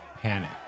panic